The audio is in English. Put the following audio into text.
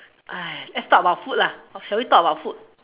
!aiya! let's talk about food lah shall we talk about food